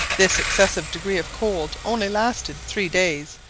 this excessive degree of cold only lasted three days,